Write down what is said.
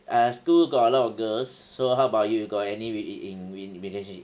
uh school got a lot of girls so how about you you got any re~ rela~ relationship